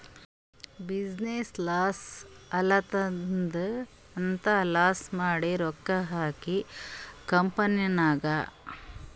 business loss ಆಲಾತ್ತುದ್ ಅಂತ್ ಸಾಲಾ ಮಾಡಿ ರೊಕ್ಕಾ ಹಾಕಿವ್ ಕಂಪನಿನಾಗ್